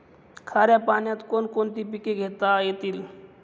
खाऱ्या पाण्यात कोण कोणती पिके घेता येतील?